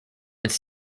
its